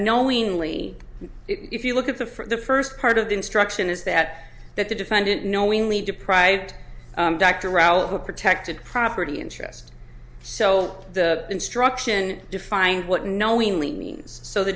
knowingly if you look at the for the first part of the instruction is that that the defendant knowingly deprived dr allen who protected property interest so the instruction defined what knowingly means so the